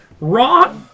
Raw